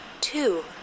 two